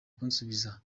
kunsubiza